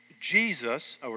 Jesus